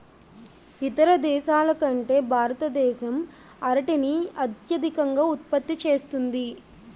ఇతర దేశాల కంటే భారతదేశం అరటిని అత్యధికంగా ఉత్పత్తి చేస్తుంది